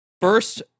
First